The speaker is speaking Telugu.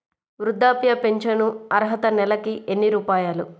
వృద్ధాప్య ఫింఛను అర్హత నెలకి ఎన్ని రూపాయలు?